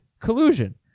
collusion